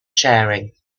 sharing